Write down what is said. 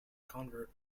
convert